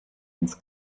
ins